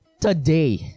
today